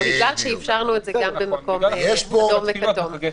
בגלל שאפשרנו את זה גם במקום אדום וכתום.